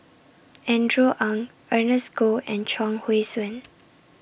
Andrew Ang Ernest Goh and Chuang Hui Tsuan